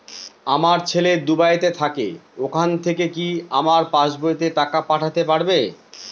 আমার ছেলে দুবাইতে থাকে ওখান থেকে কি আমার পাসবইতে টাকা পাঠাতে পারবে?